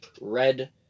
red